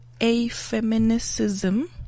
A-feminism